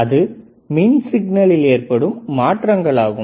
அது மின் சிக்னலில் ஏற்படும் மாற்றங்கள் ஆகும்